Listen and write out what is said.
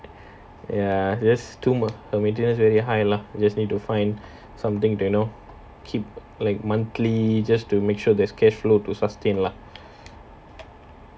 ya because too her maintenance very high lah I just need to find something to you know keep like monthly just to make sure there's cash flow to sustain lah